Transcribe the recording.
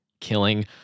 killing